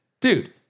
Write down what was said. Dude